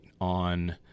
on